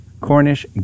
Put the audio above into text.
Cornish